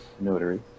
notary